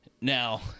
Now